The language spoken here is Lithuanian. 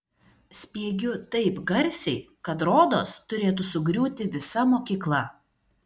spiegiu taip garsiai kad rodos turėtų sugriūti visa mokykla